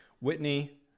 Whitney